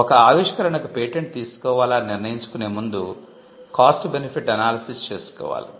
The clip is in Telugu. ఒక ఆవిష్కరణకు పేటెంట్ తీసుకోవాలా అని నిర్ణయించుకునే ముందు 'కాస్ట్ బెనిఫిట్ ఎనాలిసిస్' చేసుకోవాలి